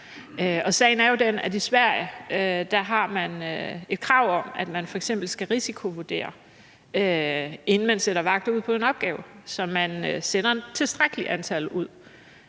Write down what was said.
Sagen er jo den, at i Sverige har man et krav om, at man f.eks. skal risikovurdere en opgave, inden man sender vagter ud på den, så man sender et tilstrækkeligt antal ud.